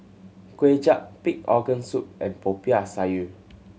Kway Chap pig organ soup and Popiah Sayur